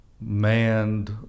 manned